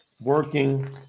working